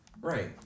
Right